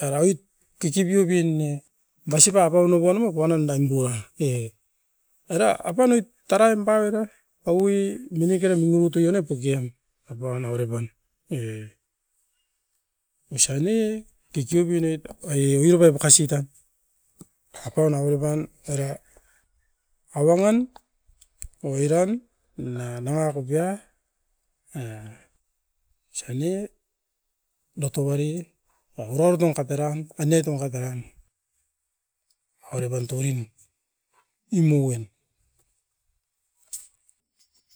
Aira oit kikibiubin ne dasipa pauno puanomo puanom dabuai, e oira apaniot taraim paui avera, awi munikeran munitui ena pukian. Apaun avere pan, oi osan ne kikiubinoit ai o- iropai bokasitan, apaun avere pan oira. Awangan, oiran na nanga kopia a osan ne datouarie a urapat nion kateran anoit makateran. Averepan tounin imu- iin.